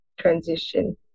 transition